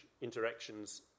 interactions